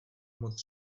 moc